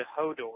Hodor